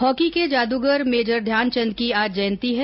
hockey के जादूगर major Dhyan Chand की आज जयंती है